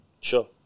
Sure